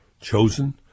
chosen